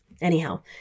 Anyhow